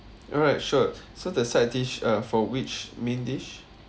alright sure so the side dish uh for which main dish